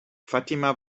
fatima